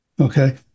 Okay